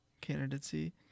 candidacy